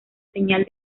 señal